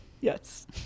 Yes